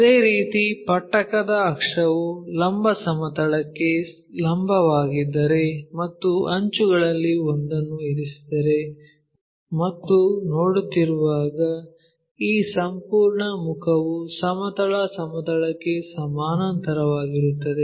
ಅದೇ ರೀತಿ ಪಟ್ಟಕದ ಅಕ್ಷವು ಲಂಬ ಸಮತಲಕ್ಕೆ ಲಂಬವಾಗಿದ್ದರೆ ಮತ್ತು ಅಂಚುಗಳಲ್ಲಿ ಒಂದನ್ನು ಇರಿಸಿದರೆ ಮತ್ತು ನೋಡುತ್ತಿರುವಾಗ ಈ ಸಂಪೂರ್ಣ ಮುಖವು ಸಮತಲ ಸಮತಲಕ್ಕೆ ಸಮಾನಾಂತರವಾಗಿರುತ್ತದೆ